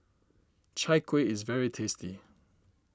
Chai Kuih is very tasty